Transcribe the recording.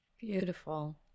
Beautiful